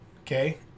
okay